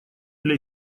для